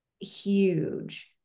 huge